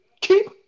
Keep